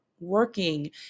working